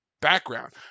background